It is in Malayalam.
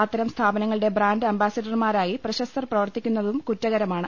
അത്തരം സ്ഥാപനങ്ങളുടെ ബ്രാന്റ് അമ്പാസിഡർമാരായി പ്രശസ്തർ പ്രവർത്തിക്കുന്നതും കുറ്റകരമാണ്